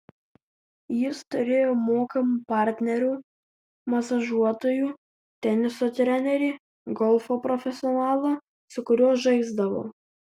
jis turėjo mokamų partnerių masažuotojų teniso trenerį golfo profesionalą su kuriuo žaisdavo